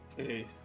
Okay